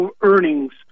earnings